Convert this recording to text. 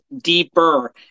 deeper